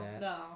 No